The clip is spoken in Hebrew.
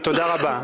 תודה רבה.